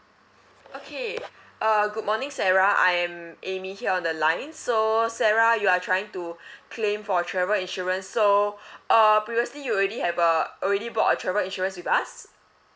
okay uh good morning sarah I'm amy here on the line so sarah you are trying to claim for travel insurance so uh previously you already have uh already bought a travel insurance with us